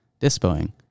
dispoing